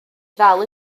ddal